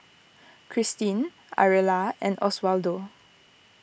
Kristine Ariella and Oswaldo